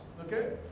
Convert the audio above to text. Okay